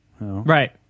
right